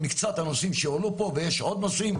מקצת הנושאים שהועלו פה ויש עוד נושאים,